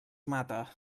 mata